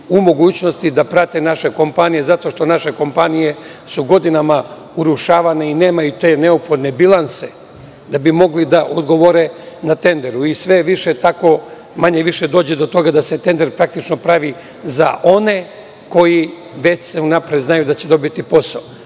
u mogućnosti da prate naše kompanije, zato što su naše kompanije godinama urušavane i nemaju te neophodne bilanse da bi mogli da odgovore na tenderu. Manje-više dođe do toga da se tender, praktično, pravi za one za koje se već unapred zna da će dobiti posao.